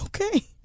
okay